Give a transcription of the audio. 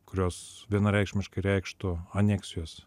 kurios vienareikšmiškai reikštų aneksijos